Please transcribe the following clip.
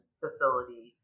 facility